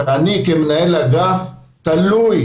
שאני כמנהל אגף תלוי